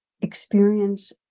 experience